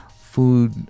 food